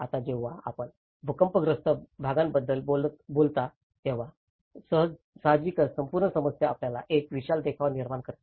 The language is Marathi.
आता जेव्हा आपण भूकंपग्रस्त भागाबद्दल बोलता तेव्हा साहजिकच संपूर्ण समस्या आपल्याला एक विशाल देखावा निर्माण करते